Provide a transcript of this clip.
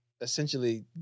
essentially